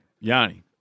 yanni